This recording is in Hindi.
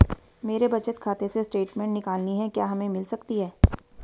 मेरे बचत खाते से स्टेटमेंट निकालनी है क्या हमें मिल सकती है?